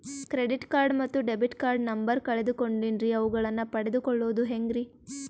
Credit card ಮತ್ತು debit card number ಕಳೆದುಕೊಂಡಿನ್ರಿ ಅವುಗಳನ್ನ ಪಡೆದು ಕೊಳ್ಳೋದು ಹೇಗ್ರಿ?